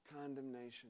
condemnation